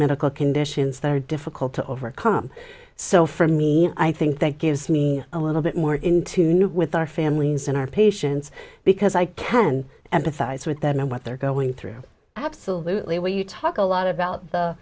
medical conditions that are difficult to overcome so for me i think that gives me a little bit more in tune with our families and our patients because i can empathize with them and what they're going through absolutely when you talk a lot about the